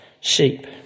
sheep